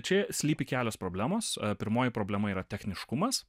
čia slypi kelios problemos pirmoji problema yra techniškumas